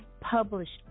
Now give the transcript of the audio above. published